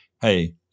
hey